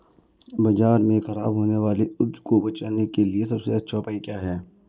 बाजार में खराब होने वाली उपज को बेचने के लिए सबसे अच्छा उपाय क्या है?